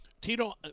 Tito